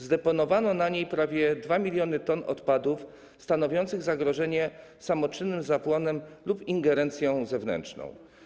Zdeponowano na niej prawie 2 mln t odpadów stanowiących zagrożenie samoczynnym zapłonem lub ingerencją zewnętrzną.